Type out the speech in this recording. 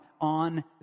on